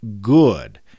good